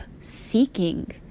seeking